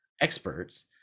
experts